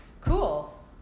cool